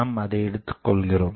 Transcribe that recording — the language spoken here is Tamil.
நாம் அதை எடுத்துக்கொள்கிறோம்